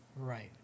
Right